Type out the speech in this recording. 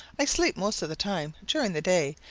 i sleep most of the time during the day,